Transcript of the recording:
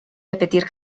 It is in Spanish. repetir